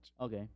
okay